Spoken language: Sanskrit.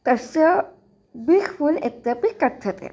तस्य बीक् फ़ुल् इत्यपि कथ्यते